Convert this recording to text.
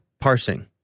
parsing